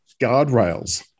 guardrails